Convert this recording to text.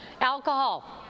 Alcohol